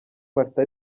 martin